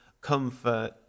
comfort